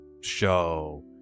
show